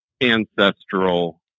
ancestral